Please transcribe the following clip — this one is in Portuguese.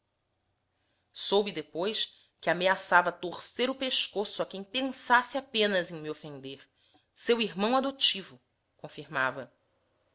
soube depois que ameaçava torcer o pescoço a quem pensasse apenas em me ofender seu irmão adotivo confirmava